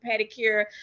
pedicure